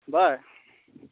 ꯚꯥꯏ